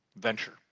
venture